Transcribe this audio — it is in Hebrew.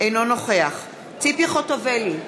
אינו נוכח ציפי חוטובלי,